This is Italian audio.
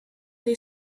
dei